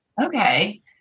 Okay